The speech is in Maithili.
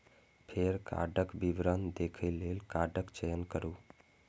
फेर कार्डक विवरण देखै लेल कार्डक चयन करू